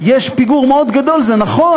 יש פיגור מאוד גדול, וזה נכון.